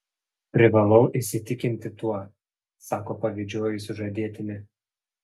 privalau įsitikinti tuo sako pavydžioji sužadėtinė